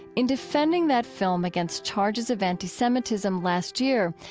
in defending that film against charges of anti-semitism last year,